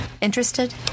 Interested